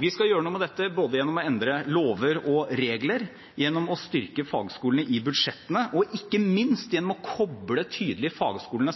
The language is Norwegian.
Vi skal gjøre noe med dette, både gjennom å endre lover og regler, gjennom å styrke fagskolene i budsjettene og ikke minst gjennom å koble fagskolene tydelig